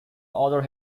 other